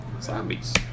zombies